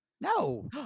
No